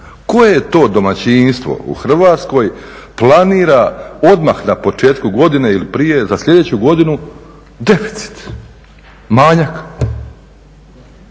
Koje to domaćinstvo u Hrvatskoj planira odmah na početku godine ili prije za sljedeću godinu deficit, manjak?